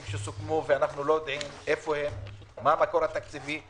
עליהם סוכם ואנחנו לא יודעים היכן הם ומה המקור התקציבי.